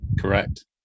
Correct